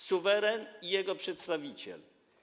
Suweren i jego przedstawiciel.